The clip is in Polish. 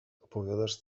opowiadasz